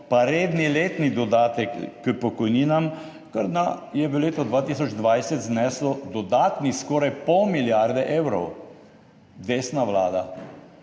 pa redni letni dodatek k pokojninam, kar je v letu 2020 zneslo dodatnih skoraj pol milijarde evrov – desna vlada.